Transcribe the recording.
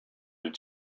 did